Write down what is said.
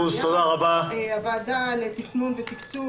הוועדה לתכנון ותקצוב.